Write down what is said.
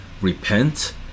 repent